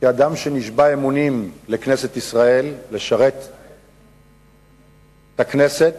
כאדם שנשבע אמונים לכנסת ישראל לשרת את הכנסת,